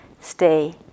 stay